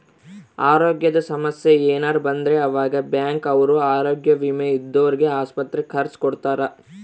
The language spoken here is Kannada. ಅರೋಗ್ಯದ ಸಮಸ್ಸೆ ಯೆನರ ಬಂದ್ರ ಆವಾಗ ಬ್ಯಾಂಕ್ ಅವ್ರು ಆರೋಗ್ಯ ವಿಮೆ ಇದ್ದೊರ್ಗೆ ಆಸ್ಪತ್ರೆ ಖರ್ಚ ಕೊಡ್ತಾರ